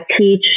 teach